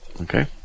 Okay